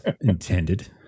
intended